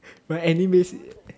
my animes